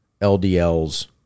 LDLs